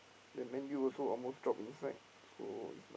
then Man-U also almost drop inside so is not